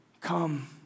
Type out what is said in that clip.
Come